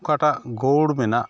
ᱚᱠᱟᱴᱟᱜ ᱜᱳᱣᱲ ᱢᱮᱱᱟᱜ